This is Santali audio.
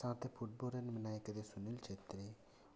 ᱥᱟᱶᱛᱮ ᱯᱷᱩᱴ ᱵᱚᱞ ᱨᱮᱱ ᱢᱮᱱᱟᱭ ᱠᱟᱫᱮᱭᱟ ᱥᱩᱱᱤᱞ ᱪᱷᱮᱛᱨᱤ ᱩᱱᱤ ᱦᱚᱸ ᱟᱭᱟᱜ ᱵᱚᱞ